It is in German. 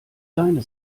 deine